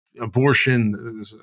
abortion